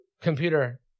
Computer